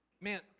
man